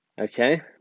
okay